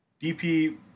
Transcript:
DP